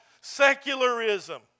secularism